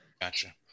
Gotcha